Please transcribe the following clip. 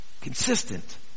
Consistent